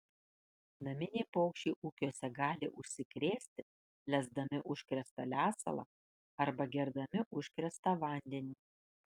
naminiai paukščiai ūkiuose gali užsikrėsti lesdami užkrėstą lesalą arba gerdami užkrėstą vandenį